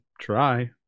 try